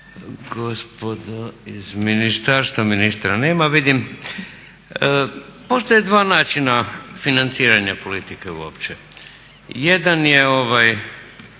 gospodo iz ministarstva, ministra nema vidim. Postoje dva načina financiranja politike uopće. Jedan je kakav